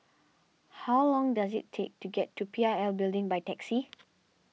how long does it take to get to P I L Building by taxi